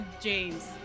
James